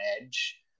edge